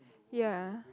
ya